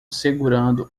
segurando